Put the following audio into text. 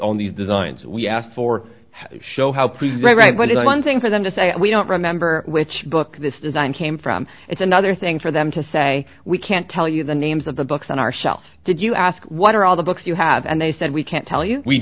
on these designs we asked for show how present right but it's one thing for them to say we don't remember which book this design came from it's another thing for them to say we can't tell you the names of the books on our shelf did you ask what are all the books you have and they said we can't tell you we